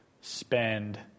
spend